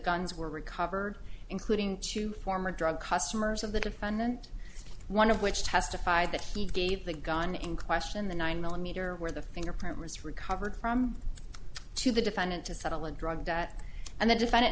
guns were recovered including two former drug customers of the defendant one of which testified that he gave the gun in question the one millimeter where the fingerprint was recovered from to the defendant to settle a drug debt and the defendant